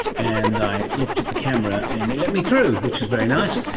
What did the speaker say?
and i looked at the camera and it let me through, which is very nice.